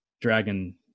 dragon